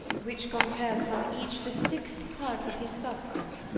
which compels from each the sixt part of his substance,